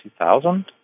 2000